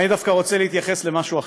אני רוצה דווקא להתייחס למשהו אחר,